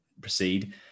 proceed